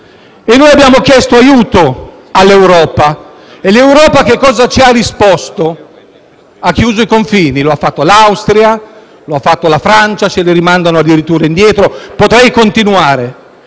Abbiamo chiesto aiuto all'Europa e l'Europa cosa ci ha risposto? Ha chiuso i confini. Lo hanno fatto l'Austria e la Francia (ce li rimandano addirittura indietro); e potrei continuare.